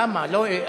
למה?